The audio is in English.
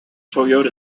toyota